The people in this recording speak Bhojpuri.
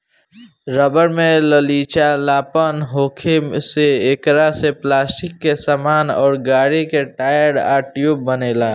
रबर में लचीलापन होखे से एकरा से पलास्टिक के सामान अउर गाड़ी के टायर आ ट्यूब बनेला